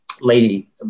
lady